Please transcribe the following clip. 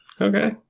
Okay